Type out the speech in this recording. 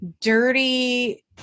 dirty